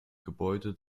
gebäude